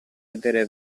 vedere